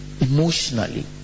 Emotionally